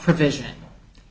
provision